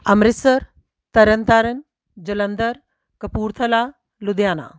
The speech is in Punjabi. ਅੰਮ੍ਰਿਤਸਰ ਤਰਨ ਤਾਰਨ ਜਲੰਧਰ ਕਪੂਰਥਲਾ ਲੁਧਿਆਣਾ